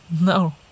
No